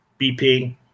BP